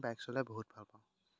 bike চলাই বহুত ভাল পাওঁ